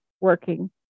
working